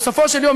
בסופו של יום,